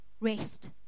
rest